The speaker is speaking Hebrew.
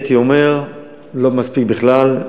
הייתי אומר לא מספיק בכלל,